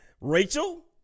Rachel